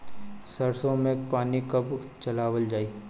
सरसो में पानी कब चलावल जाई?